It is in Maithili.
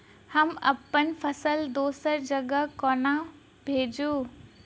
हम अप्पन फसल दोसर जगह कोना भेजू?